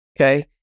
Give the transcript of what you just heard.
Okay